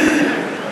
"חדשות".